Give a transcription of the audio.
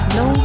no